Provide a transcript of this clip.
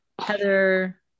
Heather